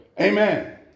Amen